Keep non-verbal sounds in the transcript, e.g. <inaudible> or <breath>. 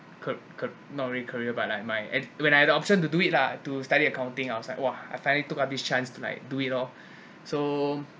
car~ car~ not really career but like my when I had the option to do it lah to study accounting I was like !wah! I finally took up this chance to like do it oh <breath> so